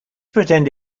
pretend